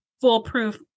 foolproof